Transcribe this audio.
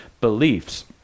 beliefs